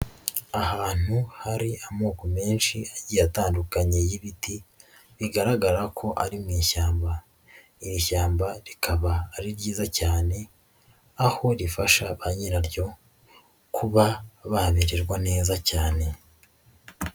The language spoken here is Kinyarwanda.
Ahantu hari amoko menshi agiye atandukanye y'ibiti bigaragara ko ari mu ishyamba. Iri shyamba rikaba ari ryiza cyane aho rifasha ba nyiraryo kuba bamererwa neza cyane.